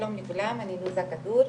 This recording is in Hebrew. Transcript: שלום לכולם אני נזהה כרכור,